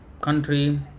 country